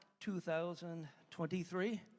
2023